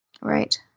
Right